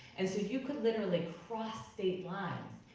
and so you could literally cross state lines,